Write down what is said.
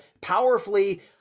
powerfully